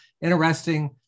interesting